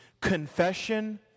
confession